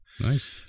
Nice